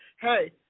hey